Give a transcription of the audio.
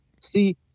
see